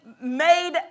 made